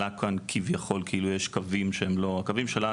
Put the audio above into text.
עלה כאן כאילו יש כאן קווים שהם לא הקווים שלנו,